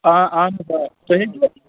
آ اَہَن حظ آ تُہۍ ہیٚکِوٕ